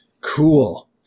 Cool